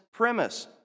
premise